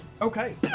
Okay